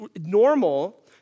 normal